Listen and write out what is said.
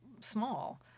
small